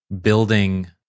building